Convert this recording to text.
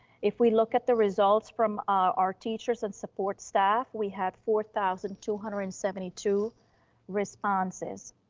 if we look at the results from our teachers and support staff, we had four thousand two hundred and seventy two responses.